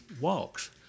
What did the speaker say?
walks